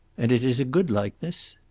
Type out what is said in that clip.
and it is a good likeness?